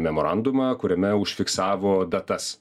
memorandumą kuriame užfiksavo datas